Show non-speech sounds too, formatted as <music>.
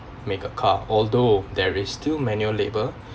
make a car although there is still manual labour <breath>